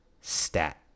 stat